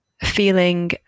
feeling